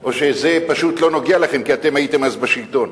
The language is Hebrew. או שזה פשוט לא נוגע לכם כי אתם הייתם אז בשלטון?